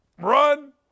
run